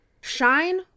Shine